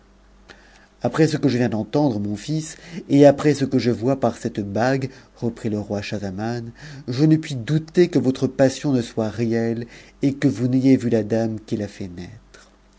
après ce que je viens d'entendre mon fils et après ce que je vo par cette bague reprit le roi schahzaman je ne puis douter que yo passion ne soit réeue et que vous n'ayez vu la dame qui